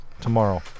tomorrow